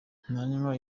ntanywa